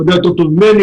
הוא יודע יותר טוב ממני,